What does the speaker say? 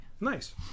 Nice